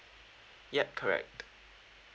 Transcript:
ya correct